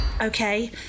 Okay